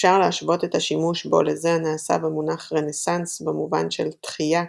אפשר להשוות את השימוש בו לזה הנעשה במונח רנסאנס במובן של "תחייה",